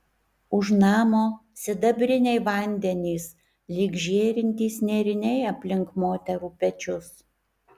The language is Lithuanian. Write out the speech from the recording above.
už namo sidabriniai vandenys lyg žėrintys nėriniai aplink moterų pečius